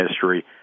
history